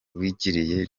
uwiragiye